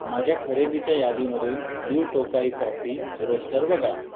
माझ्या खरेदीच्या यादीमधून ब्ल्यू टोकाई कॉफी रोस्टर वगळा